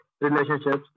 relationships